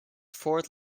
fourth